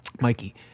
Mikey